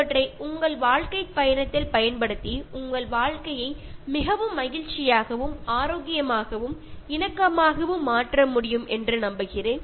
அவற்றை உங்கள் வாழ்க்கை பயணத்தில் பயன்படுத்தி உங்கள் வாழ்க்கையை மிகவும் மகிழ்ச்சியாகவும் ஆரோக்கியமாகவும் இணக்கமாகவும் மாற்ற முடியும் என்று நம்புகிறேன்